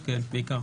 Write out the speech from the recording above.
כן, בעיקר.